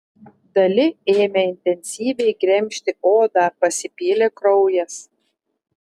dali ėmė intensyviai gremžti odą pasipylė kraujas